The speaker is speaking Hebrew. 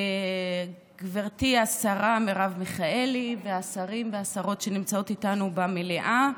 גברתי השרה מרב מיכאלי והשרים והשרות שנמצאות איתנו במליאה,